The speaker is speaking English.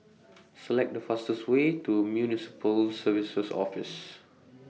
Select The fastest Way to Municipal Services Office